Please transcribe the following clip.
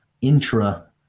intra